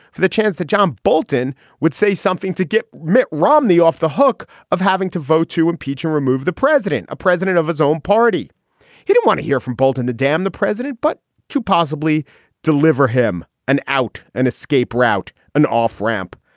for the chance that john bolton would say something to get mitt romney off the hook of having to vote to impeach and remove the president, a president of his own party who don't want to hear from bolton to damn the president, but to possibly deliver him an out and escape route, an off ramp.